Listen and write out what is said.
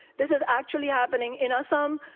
this is actually happening in a psalm.